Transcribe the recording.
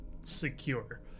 secure